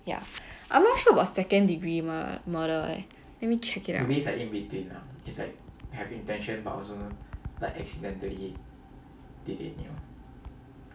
ya I'm not sure about second degree mur~ murder eh let me check it and like in between it's like have intention but also